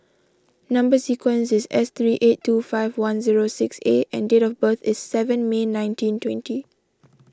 Number Sequence is S three eight two five one zero six A and date of birth is seven May nineteen twenty